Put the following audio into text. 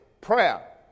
Prayer